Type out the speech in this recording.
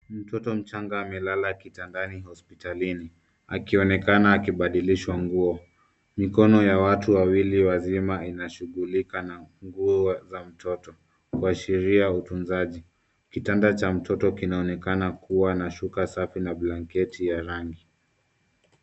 Mtoto mchanga amelala kitandani hospitalini akionekana akibadilishwa nguo. Mikono ya watu wawili wazima inashungulika na nguo za mtoto kuashiria utunzaji. Kitanda cha mtoto kinaonekana kuwa na shuka safi na blanketi ya rangi.